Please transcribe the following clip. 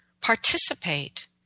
participate